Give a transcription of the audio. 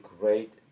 great